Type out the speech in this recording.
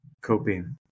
coping